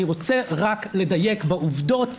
אני רוצה לדייק בעובדות.